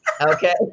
okay